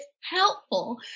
helpful